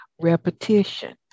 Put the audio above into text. Repetition